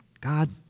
God